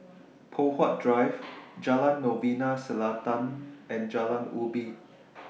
Poh Huat Drive Jalan Novena Selatan and Jalan Ubi